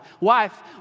Wife